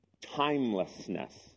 timelessness